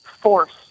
force